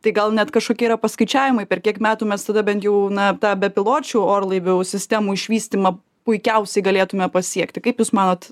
tai gal net kažkokie yra paskaičiavimai per kiek metų mes tada bent jau na tą bepiločių orlaivių sistemų išvystymą puikiausiai galėtume pasiekti kaip jūs manot